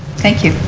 thank you.